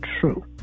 true